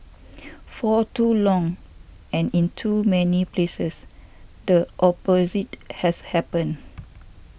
for too long and in too many places the opposite has happened